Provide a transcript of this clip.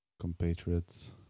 compatriots